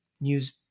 news